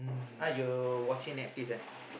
!huh! you watching Netflix eh